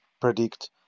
predict